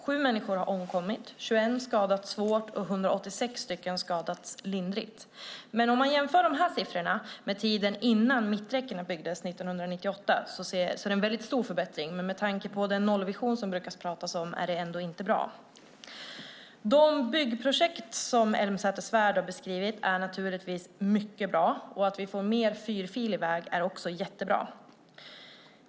7 människor har omkommit, 21 har skadats svårt och 186 skadats lindrigt. Om man jämför det med tiden innan mitträckena byggdes 1998 är det en stor förbättring. Men med tanke på den nollvision vi brukar prata om är det ändå inte bra. De byggprojekt som Elmsäter-Svärd har beskrivit är naturligtvis mycket bra. Att vi får mer fyrfilig väg är också jättebra.